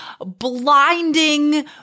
blinding